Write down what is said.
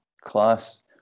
Class